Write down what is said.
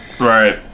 right